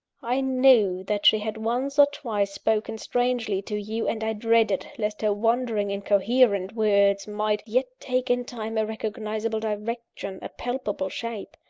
i knew that she had once or twice spoken strangely to you, and i dreaded lest her wandering, incoherent words might yet take in time a recognisable direction, a palpable shape.